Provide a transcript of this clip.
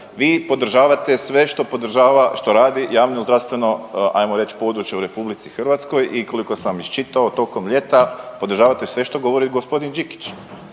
što podržava što radi javnozdravstveno ajmo reć područje u RH i koliko sam iščitao tokom ljeta, podržavate sve što govori g. Đikić.